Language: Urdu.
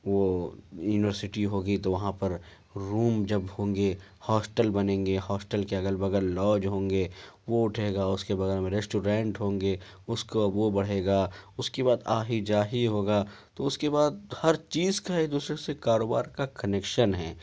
وہ یونیورسٹی ہوگی تو وہاں پر روم جب ہوں گے ہاسٹل بنیں گے ہاسٹل کے اگل بگل لاڈج ہوں گے وہ اٹھے گا اس کے بگل میں ریسٹورینٹ ہوں گے اس کا وہ بڑھے گا اس کی بعد آہی جاہی ہوگا تو اس کے بعد ہر چیز کا ایک دوسرے سے کاروبار کا کنیکشن ہے